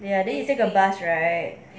ya then you take a bus right